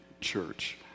church